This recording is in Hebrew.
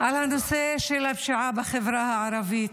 על הנושא של הפשיעה בחברה הערבית,